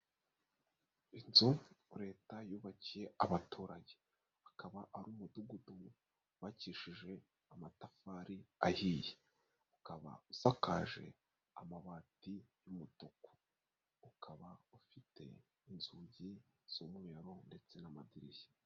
Inzu leta yubakiye abaturage. Akaba ari umudugudu wubakishijwe amatafari ahiye. Ukaba usakaje amabati y'umutuku. Ukaba ufite inzugi z'umweru ndetse n'amadirishya.